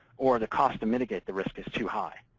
or the cost to mitigate the risk is too high.